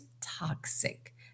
toxic